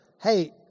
hey